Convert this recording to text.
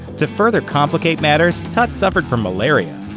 to further complicate matters, tut suffered from malaria.